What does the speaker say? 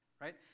Right